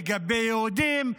לגבי יהודים,